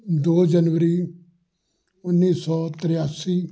ਦੋ ਜਨਵਰੀ ਉੱਨੀ ਸੌ ਤਰਾਸੀ